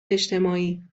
اجتماعی